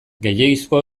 gehiegizko